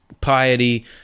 piety